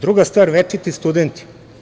Druga stvar, večiti studenti.